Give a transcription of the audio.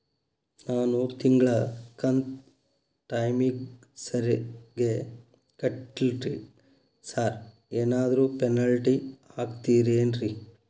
ನಾನು ತಿಂಗ್ಳ ಕಂತ್ ಟೈಮಿಗ್ ಸರಿಗೆ ಕಟ್ಟಿಲ್ರಿ ಸಾರ್ ಏನಾದ್ರು ಪೆನಾಲ್ಟಿ ಹಾಕ್ತಿರೆನ್ರಿ?